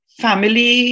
family